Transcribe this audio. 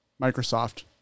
Microsoft